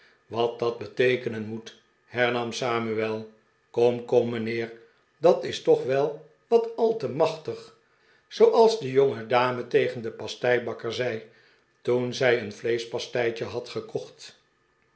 wat dat beteekenen moet hernam samuel kom kom mijnheer dat is toch wel wat a te machtig zooals de jongedame tegen den pasteibakker zei toen zij een vleeschpasteitje had gekocht